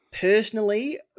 Personally